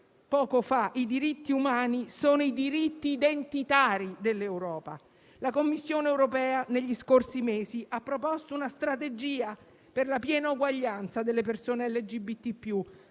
poco fa, i diritti umani sono i diritti identitari dell'Europa. La Commissione europea, negli scorsi mesi, ha proposto una strategia per la piena uguaglianza delle persone LGBT+,